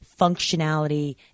functionality